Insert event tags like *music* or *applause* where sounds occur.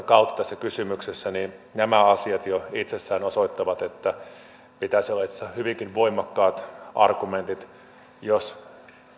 *unintelligible* kautta tässä kysymyksessä jo itsessään osoittavat että pitäisi olla itse asiassa hyvinkin voimakkaat argumentit jos